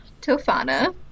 Tofana